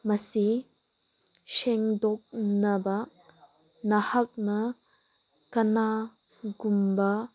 ꯃꯁꯤ ꯁꯦꯡꯗꯣꯛꯅꯕ ꯅꯍꯥꯛꯅ ꯀꯅꯥꯒꯨꯝꯕ